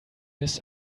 miss